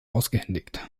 ausgehändigt